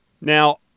Now